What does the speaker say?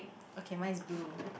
okay mine is blue